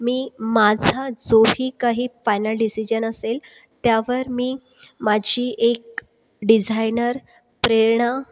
मी माझा जो ही काही फायनल डिसिजन असेल त्यावर मी माझी एक डिझायनर प्रेरणा